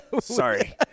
Sorry